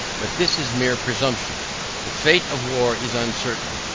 but this is mere presumption the fate of war is uncertain,